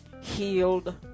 healed